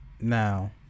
now